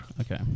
Okay